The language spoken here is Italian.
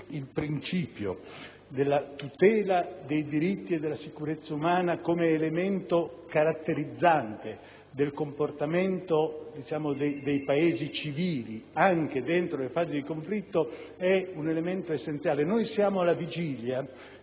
del principio dellatutela dei diritti e della sicurezza umana come elemento caratterizzante del comportamento dei Paesi civili anche dentro le fasi di conflitto sono elementi essenziali. Noi siamo alla vigilia